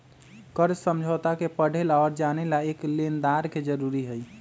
कर्ज समझौता के पढ़े ला और जाने ला एक लेनदार के जरूरी हई